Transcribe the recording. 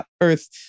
earth